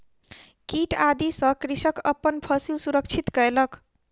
कीट आदि सॅ कृषक अपन फसिल सुरक्षित कयलक